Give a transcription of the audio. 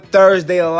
Thursday